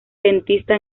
dentista